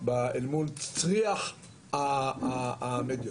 אל מול צריח המדיות.